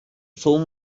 film